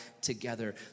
together